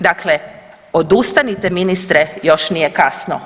Dakle, odustanite ministre još nije kasno.